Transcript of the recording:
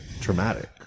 traumatic